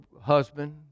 husband